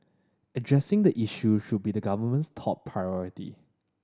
addressing the issue should be the government's top priority